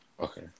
Okay